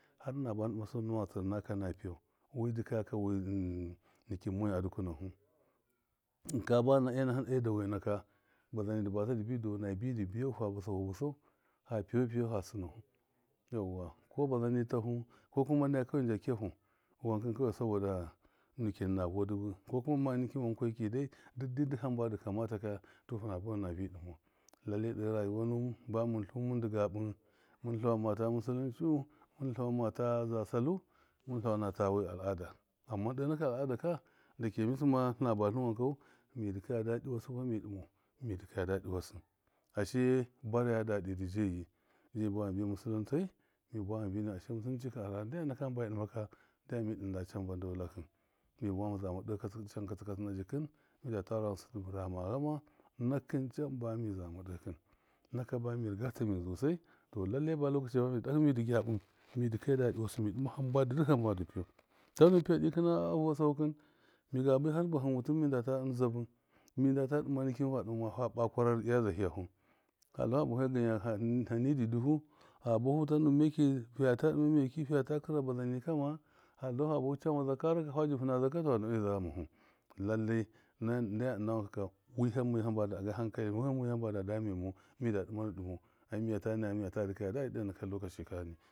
Harnabana ɗɨma na piyau wi dɨkaya ka nikin mɔya dɨkuna fu, hɨnka bana e- dawai naka bazani dɨ baza dɨbi dɔna bi di biyafu fa bɨsafi bɨsau fa piya fu- piyau fa sɨnau, yauwa, kɔ bazani tafu, kɔ kuma nakɨ nda kiyafu sabɔda nikin na vɔ-dɨɓɨ kɔ kuma ma nikin wakɔki duddai duk habbadɨ kamata ka, tɔ hɨna buwana nabi dɨmau lallai de raju wa nuwɨn bamɨn tluwɨn mɨndɨ gabɨ mɨn tlawa ta musulunciyu mɨn tlawan mata za salu, mɨn tlawana tawi al. ada, amman de naka al. ad aka dake mi sɨmma tlɨna batlɨn wankau, mi dikaye dadɨwasɨ wani midɨmau mi dɨkaja daɨ wasɨ ashe baraya daɗɨ dɨ deyi je miye buwa mibi musuluntawa mi buwama mibi nayau ashe musulunci kɨn anara ndyam nake hamba mi dɨma ka ndyam mi dɨnda camba dɔlakɨ mi buwa zama de katsɨ-de can katsɨka tsɨna jɨkɨn, midata rawa ghɨnsɨ dɨ birama ghama nakɨn canbami zama de kɨn naka bami rigata mi zuwu sai tɔ lallai lɔkaci bamidɨ dahɨ midɨ gyabɨ midɨ kai daɗɨ wasɨ mi dɨma dukkan hamba dɨ tanu mi piye dɨkɨna a vɔsaku kɨn miga baihar bahṫɨn wutɨ minda zabɨ mindata dɨma nikin fa dɨma fa ba kwanari iya zahi yafu, hallafu fa bafe ganya hani didifu habafu tan meki fiyata dɨma meki fiyata kɨra bazani kama hatlafu camaza rakefa jifunaza katɔ fa sɨne za ghamafu lallai ndyam ɨna wankaka wiham mayu hambada damemau mida ɗɨma- ndɨ dɨmau ai miyata naya miyata dɨkɔya daɗɨ ɗe naka loɔaci kani.